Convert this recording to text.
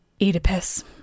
Oedipus